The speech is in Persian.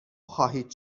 خواهید